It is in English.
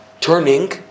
Turning